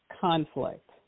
conflict